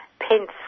Pence